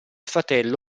fratello